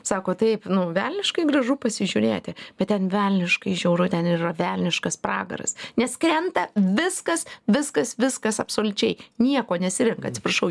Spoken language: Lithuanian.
sako taip velniškai gražu pasižiūrėti bet ten velniškai žiauru ten yra velniškas pragaras nes krenta viskas viskas viskas absoliučiai nieko nesirenka atsiprašau